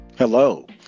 Hello